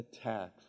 attacks